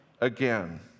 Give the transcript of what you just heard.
again